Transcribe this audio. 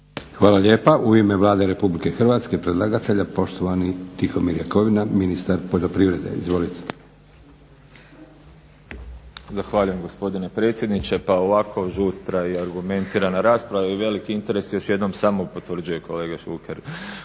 Hvala lijepa. U ime Vlade RH i predlagatelja poštovani Tihomir Jakovina, ministar poljoprivrede. Izvolite. **Jakovina, Tihomir (SDP)** Zahvaljujem gospodine predsjedniče. Pa ovako žustra i argumentirana rasprava i veliki interes još jednom samo potvrđuje kolega Šuker